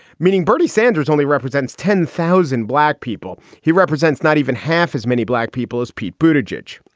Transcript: meaning bernie sanders only represents ten thousand black people. he represents not even half as many black people as pete bhuta jej.